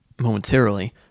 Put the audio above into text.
momentarily